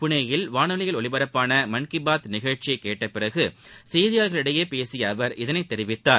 புனேயில் வானொலியில் ஒலிபரப்பான மன் கி பாத் நிகழ்ச்சியை கேட்டபிறகு செய்தியாளர்களிடம் பேசிய அவர் இதைத் தெரிவித்தார்